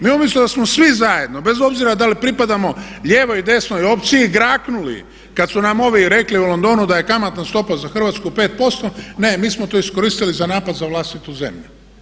Mi umjesto da smo svi zajedno bez obzira da li pripadamo lijevoj ili desnoj opciji graknuli kad su nam ovi rekli u Londonu da je kamatna stopa za Hrvatsku 5% ne mi smo to iskoristili za napad za vlastitu zemlju.